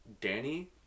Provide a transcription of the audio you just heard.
Danny